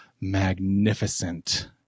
Magnificent